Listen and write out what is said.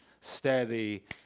steady